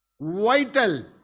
vital